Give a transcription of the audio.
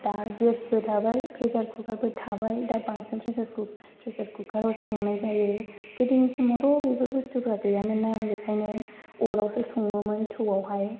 दा गेसबो थाबाय फ्रेसार खुखारबो थाबाय दा बांसिन फ्रेसार खुखाराव संनाय जायो गोदोनि समावथ' बेफोर बुस्थुफ्रा गैयामोनना बेनिखायनो अरावसो सङोमोन थौआवहाय